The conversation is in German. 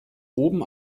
oben